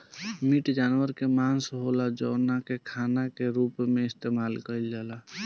meat जानवर के मांस होला जवना के खाना के रूप में इस्तेमाल कईल जाला